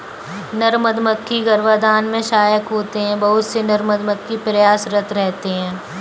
नर मधुमक्खी गर्भाधान में सहायक होते हैं बहुत से नर मधुमक्खी प्रयासरत रहते हैं